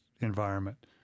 environment